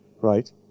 Right